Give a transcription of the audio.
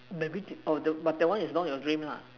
maybe the or the but that one is not your dream lah